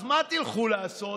אז מה תלכו לעשות,